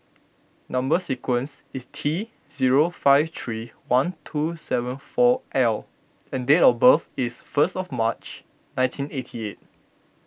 Number Sequence is T zero five three one two seven four L and date of birth is first of March nineteen eighty eight